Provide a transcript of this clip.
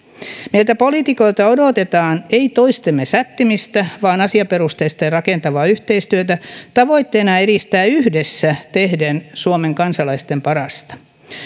meiltä poliitikoilta odotetaan ei toistemme sättimistä vaan asiaperusteista ja rakentavaa yhteistyötä tavoitteena edistää yhdessä tehden suomen kansalaisten parasta